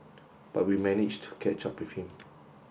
but we managed to catch up with him